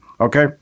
Okay